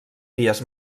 vies